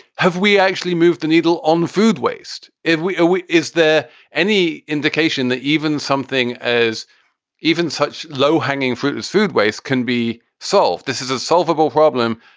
have we actually moved the needle on food waste if we are? is there any indication that even something as even such low hanging fruit as food waste can be sold? this is a solvable problem.